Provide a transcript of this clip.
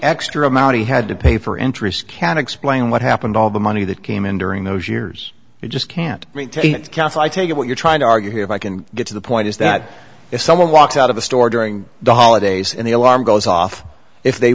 extra amount he had to pay for interest can explain what happened all the money that came in during those years you just can't take it what you're trying to argue here if i can get to the point is that if someone walks out of a store during the holidays and the alarm goes off if they